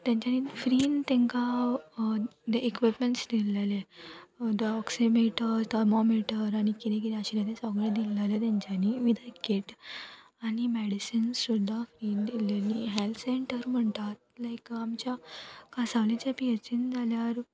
तेंच्यानी फ्रीन तेंकां इक्विपमेंन्ट्स दिल्लेले ऑक्सिमिटर थर्मोमिटर आनी कितें कितें आशिल्लें तें सगळें दिल्ललें तेंच्यांनी विथ द कीट आनी मॅडिसिन्स सुद्दां फ्री दिल्लेलीं हेल्थ सेंटर म्हणटात लायक आमच्या कांसावलेच्या पीएचसीन जाल्यार